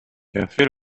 café